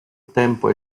tempo